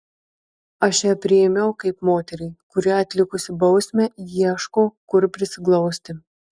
aš ją priėmiau kaip moterį kuri atlikusi bausmę ieško kur prisiglausti